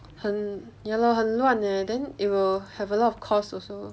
很 ya lor 很乱 leh then it will have a lot of cause also